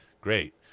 Great